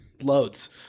loads